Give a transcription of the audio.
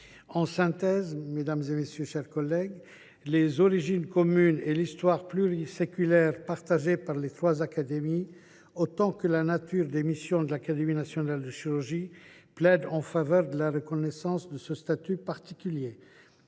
nationale de chirurgie. En résumé, les origines communes et l’histoire pluriséculaire partagée par les trois académies, autant que la nature des missions de l’Académie nationale de chirurgie, plaident en faveur de la reconnaissance de ce statut particulier.